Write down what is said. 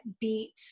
beat